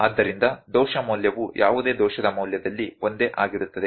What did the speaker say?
ಆದ್ದರಿಂದ ದೋಷ ಮೌಲ್ಯವು ಯಾವುದೇ ದೋಷದ ಮೌಲ್ಯದಲ್ಲಿ ಒಂದೇ ಆಗಿರುತ್ತದೆ